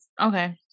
okay